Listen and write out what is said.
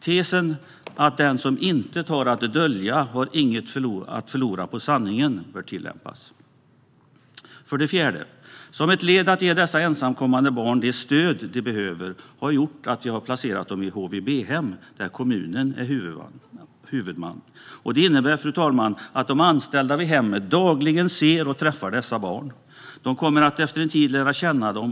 Tesen att den som intet har att dölja inte har något att förlora på sanningen bör tillämpas. För det fjärde: Som ett led i att ge dessa ensamkommande barn det stöd de behöver har de placerats i HVB-hem, där kommunen är huvudman. Det innebär att de anställda vid hemmen dagligen ser och träffar dessa barn, och de anställda kommer efter en tid att lära känna dem.